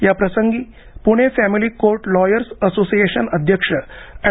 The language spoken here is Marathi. याप्रसंगी Pune family court lawyers association अध्यक्ष एड